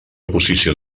posició